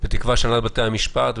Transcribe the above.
בתקווה שהנהלת בתי המשפט,